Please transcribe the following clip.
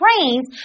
trains